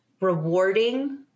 rewarding